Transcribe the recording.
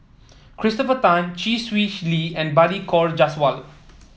Christopher Tan Chee Swee Lee and Balli Kaur Jaswal